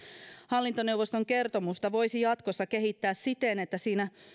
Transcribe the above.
hallintoneuvoston kertomusta voisi jatkossa kehittää siten että siinä